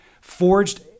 forged